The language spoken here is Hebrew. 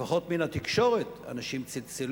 לפחות מן התקשורת, אנשים צלצלו.